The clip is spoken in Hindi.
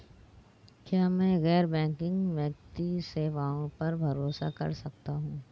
क्या मैं गैर बैंकिंग वित्तीय सेवाओं पर भरोसा कर सकता हूं?